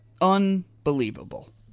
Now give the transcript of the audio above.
Unbelievable